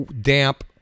damp